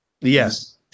Yes